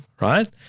right